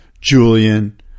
Julian